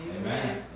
Amen